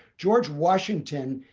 george washington,